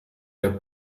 der